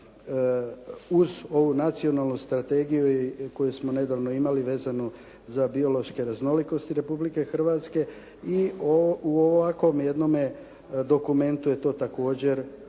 uz ovu nacionalnu strategiju koju smo nedavno imali vezano za biološke raznolikosti Republike Hrvatske i u ovakvom jednome dokumentu je također